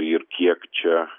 ir kiek čia